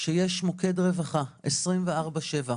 שיש מוקד רווחה 24/7,